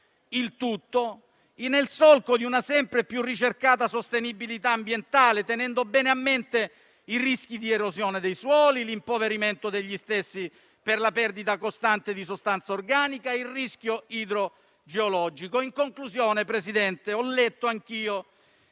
avviene nel solco di una sempre più ricercata sostenibilità ambientale, tenendo bene a mente i rischi di erosione dei suoli, l'impoverimento degli stessi per la perdita costante di sostanza organica e il rischio idrogeologico. Presidente, ho letto anch'io